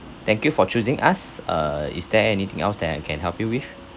thank you for choosing us uh is there anything else that I can help you with